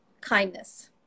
kindness